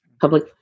public